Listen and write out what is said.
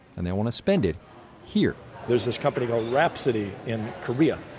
and they want to spend it here there's this company called rhapsody in korea.